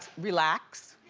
relax.